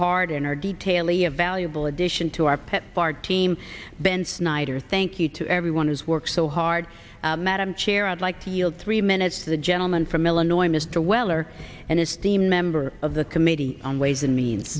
hard in our detail ia valuable addition to our pepfar team ben snyder thank you to everyone who's work so hard madam chair i'd like to yield three minutes to the gentleman from illinois mr weller and his team member of the committee on ways and means